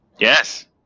Yes